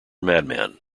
madman